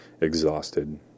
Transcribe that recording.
exhausted